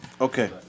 Okay